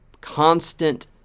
constant